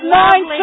nine